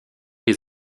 les